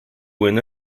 win